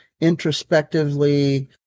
introspectively